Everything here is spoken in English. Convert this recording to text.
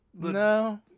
no